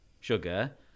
sugar